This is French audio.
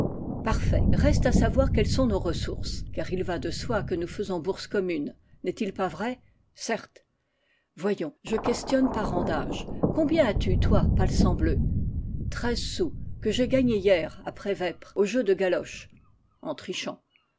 parfait reste à savoir quelles sont nos ressources car il va de soi que nous faisons bourse commune n'est-il pas vrai certes voyons je questionne par rang d'âge combien as-tu toi palsambleu treize sous que j'ai gagnés hier après vêpres au jeu de galoche en trichant